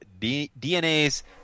DNA's